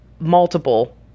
multiple